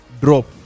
drop